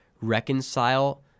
reconcile